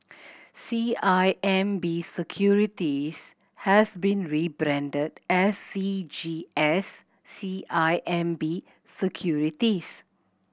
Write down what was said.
C I M B Securities has been rebranded as C G S C I M B Securities